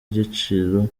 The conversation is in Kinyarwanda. igiciro